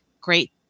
great